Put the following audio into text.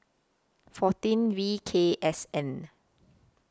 fourteen V K S N